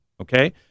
Okay